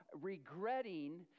regretting